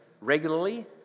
regularly